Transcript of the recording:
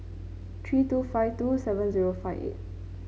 three two five two seven zero five eight